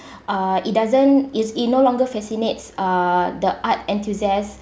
uh it doesn't it's it no longer fascinates uh the art enthusiasts